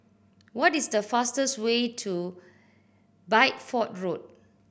what is the fastest way to Bideford Road